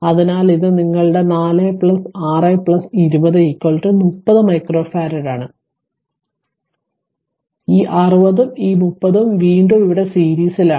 അതിനാൽ ഇത് നിങ്ങളുടെ 4 6 20 30 മൈക്രോഫറാഡാണ് അതിനാൽ ഈ 60 ഉം 30 ഉം വീണ്ടും ഇവിടെ സീരീസിലാണ്